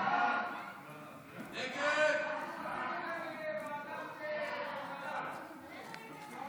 ההצעה להעביר את הצעת חוק מיסוי מקרקעין (שבח ורכישה) (תיקון מס' 96),